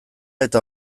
eta